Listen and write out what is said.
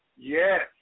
Yes